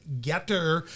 Getter